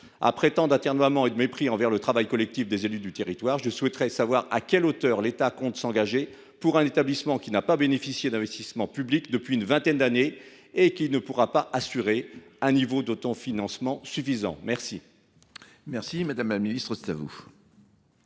Après tant d’atermoiements et de mépris envers le travail collectif des élus du territoire, je souhaite savoir à quelle hauteur l’État compte s’engager pour un établissement qui n’a pas bénéficié d’investissements publics depuis une vingtaine d’années et qui ne pourra pas assurer un niveau d’autofinancement suffisant. La